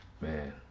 Man